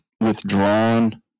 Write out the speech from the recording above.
withdrawn